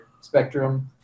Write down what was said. spectrum